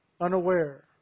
unaware